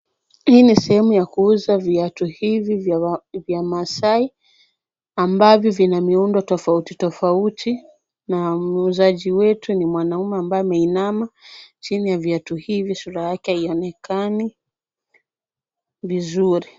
Hii ni sehemu ya kuuza viatu hivi vya Maasai ambavyo vina miundo tofauti tofauti, na muuzaji wetu ni mwanamme ambaye ameinama chini ya viatu hivi na sura yake haionekani vizuri .